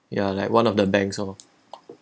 ya like one of the banks oh